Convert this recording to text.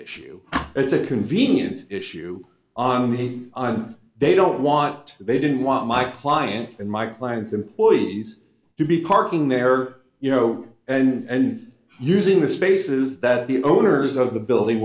issue it's a convenient issue on me and they don't want to be didn't want my client and my clients employees to be parking their you know and using the spaces that the owners of the building